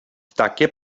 takie